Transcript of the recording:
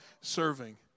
serving